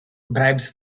bribes